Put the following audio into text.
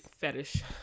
fetish